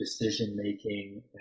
decision-making